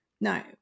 No